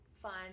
fun